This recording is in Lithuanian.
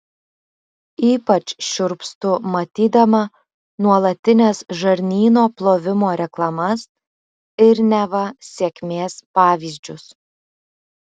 ypač šiurpstu matydama nuolatines žarnyno plovimo reklamas ir neva sėkmės pavyzdžius